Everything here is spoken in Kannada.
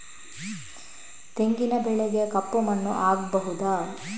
ತೆಂಗಿನ ಬೆಳೆಗೆ ಕಪ್ಪು ಮಣ್ಣು ಆಗ್ಬಹುದಾ?